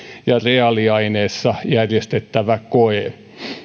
ja reaaliaineissa järjestettävä koe